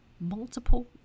multiple